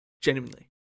Genuinely